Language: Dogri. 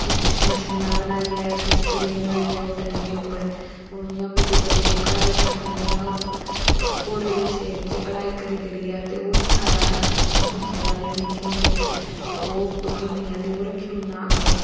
कुछ मछलियां बनाइये किश चूहे बनाइयै ओह् टंगने उप्पर और इयां बड़ी बड़ी कढ़ाई करनी इयां घोडे़ दी शेप च कढाई करी करी ऐते ओह् सिखाया सिक्खे दा जेहड़ा निक्के होंदे ते ओह् बुनी ऐ ते ओह् रक्खी ओड़ना अग्गै